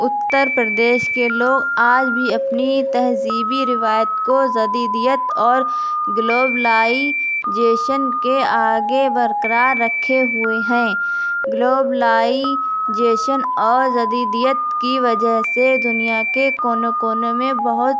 اتر پردیش کے لوگ آج بھی اپنی تہذیبی روایت کو جدیدیت اور گلوبلائزیشن کے آگے برقرار رکھے ہوئے ہیں گلوبلائزیشن اور جدیدیت کی وجہ سے دنیا کے کونوں کونوں میں بہت